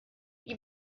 die